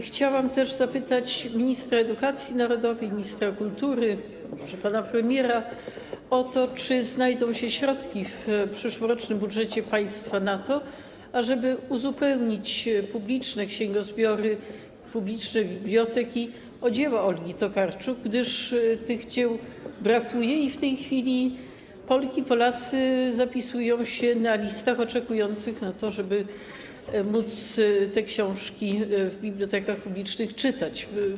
Chciałam też zapytać ministra edukacji narodowej, ministra kultury, może pana premiera o to, czy znajdą się środki w przyszłorocznym budżecie państwa na to, ażeby uzupełnić publiczne księgozbiory, publiczne biblioteki o dzieła Olgi Tokarczuk, gdyż tych dzieł brakuje i w tej chwili Polki i Polacy zapisują się na listach oczekujących, żeby móc te książki w bibliotekach publicznych czytać.